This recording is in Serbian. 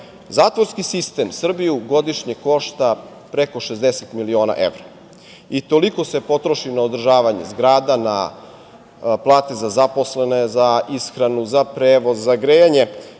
moguće. Zatvorski sistem Srbiju godišnje košta preko 60 miliona evra. Toliko se potroši na održavanje zgrada, na plate za zaposlene, za ishranu, za prevoz, za grejanje.